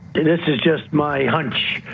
this is just my hunch.